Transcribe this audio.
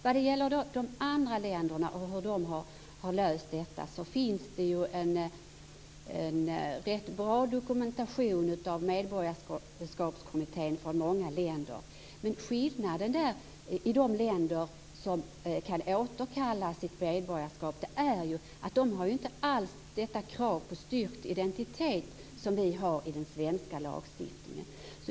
Vad gäller hur de andra länderna har löst detta finns det en rätt bra dokumentation som Medborgarskapskommittén sammanställt från många länder. Skillnaden mot de länder som kan återkalla sitt medborgarskap är att de inte alls har det krav på styrkt identitet som vi har i den svenska lagstiftningen.